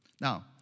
Now